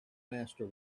master